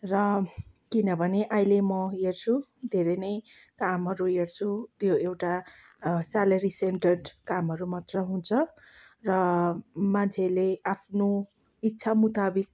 र किनभने अहिले म हेर्छु धेरै नै कामहरू हेर्छु त्यो एउटा स्यालेरी सेन्ट्रेट कामहरू मात्र हुन्छ र मान्छेले आफ्नो इच्छा मुताबिक